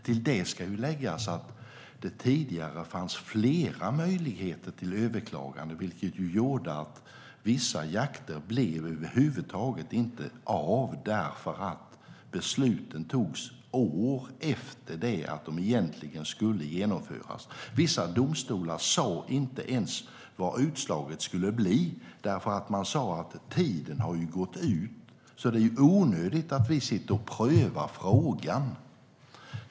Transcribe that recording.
Till det ska läggas att det tidigare fanns flera möjligheter till överklagande, vilket gjorde att vissa jakter över huvud taget inte blev av därför att besluten togs år efter det att de egentligen skulle genomföras. Vissa domstolar sa inte ens vad utslaget skulle bli, därför att man menade att tiden hade gått ut och det därför var onödigt att pröva frågan.